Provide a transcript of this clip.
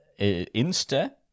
Insta